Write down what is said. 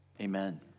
Amen